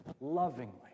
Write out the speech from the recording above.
lovingly